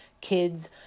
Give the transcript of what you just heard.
Kids